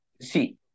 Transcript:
See